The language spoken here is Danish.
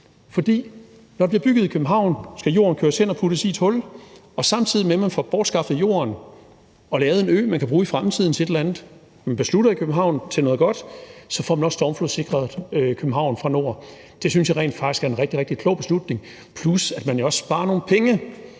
forslag. Når der bliver bygget i København, skal jorden køres et sted hen og puttes i et hul. Og samtidig med at man får bortskaffet jorden og lavet en ø, som man kan bruge til et eller andet godt i fremtiden, og som man beslutter, i København, så får man også stormflodssikret København fra nord. Det synes jeg rent faktisk er en rigtig, rigtig klog beslutning, plus at man jo også sparer nogle penge,